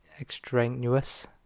extraneous